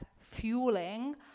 fueling